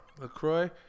LaCroix